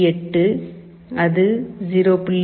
8 இது 0